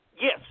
yes